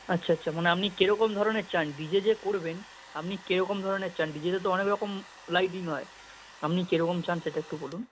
আচ্ছা আচ্ছা মানে আপনি কিরকম ধরনের চান ডিজে যে করবেন আপনি কেরকম ধরনের চান ডিজেতে তো অনেক রকম লাইটিং হয় আপনি কিরকম চান সেটা একটু বলুন